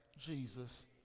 Jesus